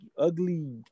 ugly